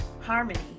harmony